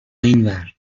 اینور